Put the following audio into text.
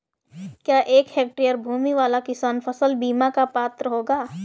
क्या एक हेक्टेयर भूमि वाला किसान फसल बीमा का पात्र होगा?